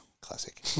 Classic